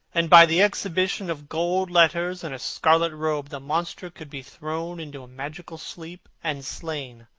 and by the exhibition of golden letters and a scarlet robe the monster could be thrown into a magical sleep and slain.